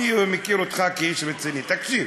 אני מכיר אותך כאיש רציני, תקשיב.